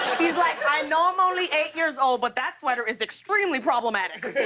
he's like, i know i'm only eight years old, but that sweater is extremely problematic.